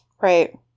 Right